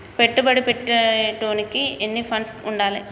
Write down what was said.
పెట్టుబడి పెట్టేటోనికి ఎన్ని ఫండ్స్ ఉండాలే?